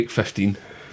fifteen